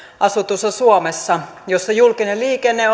asutussa suomessa jossa julkinen liikenne